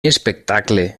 espectacle